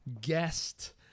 guest